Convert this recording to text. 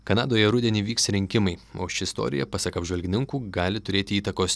kanadoje rudenį vyks rinkimai o ši istorija pasak apžvalgininkų gali turėti įtakos